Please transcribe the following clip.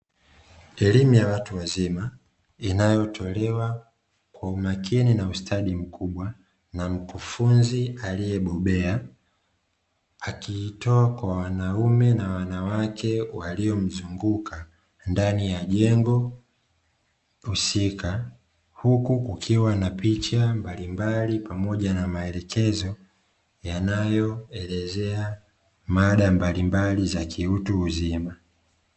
Elimu ya watu wazima, inayotolewa kwa umakini na ustadi mkubwa na mkufunzi aliyebobea, akiitoa kwa wanaume na wanawake waliomzunguka ndani ya jengo husika, huku kukiwa na picha mbalimbali pamoja na maelekezo yanayoelezea mada mbalimbali za kiutu uzima.